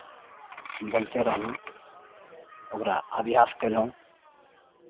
बोलिते रहलहुँ ओकरा अभ्यास कयलहुँ